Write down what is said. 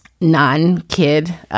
non-kid